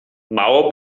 mało